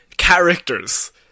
Characters